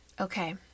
Okay